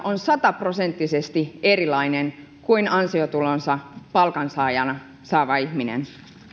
on sataprosenttisesti erilainen kuin ansiotulonsa palkansaajana saavan ihmisen